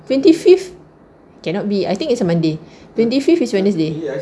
twenty fifth cannot be I think it's a monday twenty fifth is wednesday oh oh is it